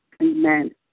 Amen